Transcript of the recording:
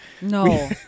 No